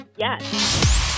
Yes